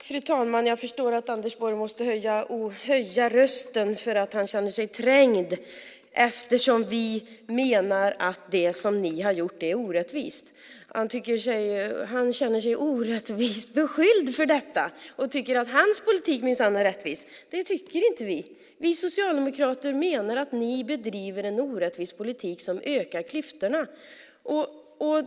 Fru talman! Jag förstår att Anders Borg måste höja rösten eftersom han känner sig trängd därför att vi menar att det som ni har gjort är orättvist. Han känner sig orättvist beskylld för detta och tycker att hans politik minsann är rättvis. Det tycker inte vi. Vi socialdemokrater menar att ni bedriver en orättvis politik som ökar klyftorna.